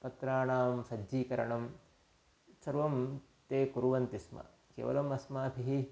पुत्राणां सज्जीकरणं सर्वं ते कुर्वन्ति स्म केवलम् अस्माभिः